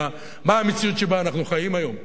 מה המציאות שבה אנחנו חיים היום?